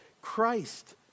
Christ